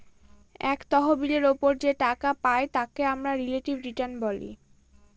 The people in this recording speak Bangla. এক তহবিলের ওপর যে টাকা পাই তাকে আমরা রিলেটিভ রিটার্ন বলে